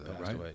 right